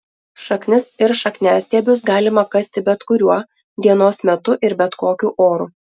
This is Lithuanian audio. šaknis ir šakniastiebius galima kasti bet kuriuo dienos metu ir bet kokiu oru